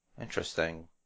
Interesting